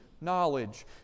knowledge